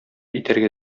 итәргә